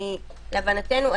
להבנתנו,